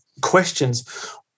questions